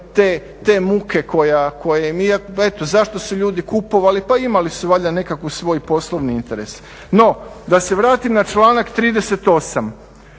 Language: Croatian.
te muke. Eto, zašto su ljudi kupovali? Pa imali su valjda nekakav svoj poslovni interes. No, da se vratim na članak 38.